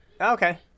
okay